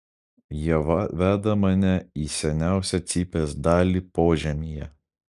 jie veda mane į seniausią cypės dalį požemyje